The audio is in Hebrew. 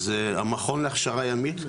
אז המכון להכשרה ימית,